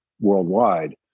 worldwide